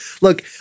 Look